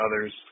others